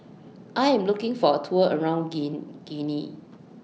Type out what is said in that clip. I Am looking For A Tour around Guinea